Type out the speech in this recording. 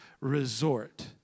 resort